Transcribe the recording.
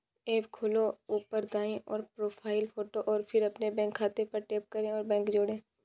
app खोलो, ऊपर दाईं ओर, प्रोफ़ाइल फ़ोटो और फिर अपने बैंक खाते पर टैप करें और बैंक जोड़ें